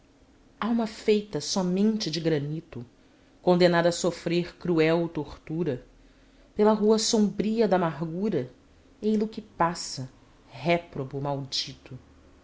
alma feita somente de granito condenada a sofrer cruel tortura pela rua sombria damargura ei-lo que passa réprobo maldito